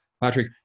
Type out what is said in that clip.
Patrick